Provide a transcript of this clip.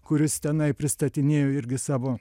kuris tenai pristatinėjo irgi savo